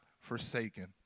forsaken